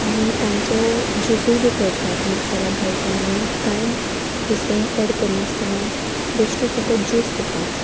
आनी तांचो जुसय बी करतात मिक्सरांत घालतात आनी कांय दुसरें एड करनासतना बेश्टो फकत जूस दितात